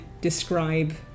describe